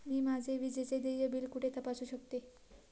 मी माझे विजेचे देय बिल कुठे तपासू शकते?